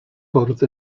bwrdd